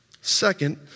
Second